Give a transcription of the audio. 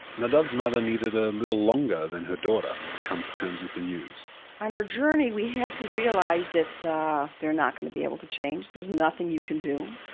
nadav's mother needed a little longer than her daughter to come to terms with the news on our journey, we had to realize that they're not going to be able to change. there's nothing you can do.